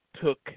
took